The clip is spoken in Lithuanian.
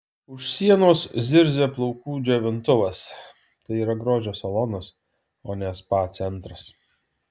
už sienos zirzia plaukų džiovintuvas tai yra grožio salonas o ne spa centras